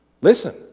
Listen